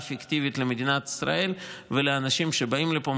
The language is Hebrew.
פיקטיבית למדינת ישראל ולאנשים שבאים לפה,